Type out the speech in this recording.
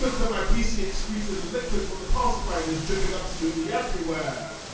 that my pc excreted a liquid from the power supply and is dripping absolutely everywhere,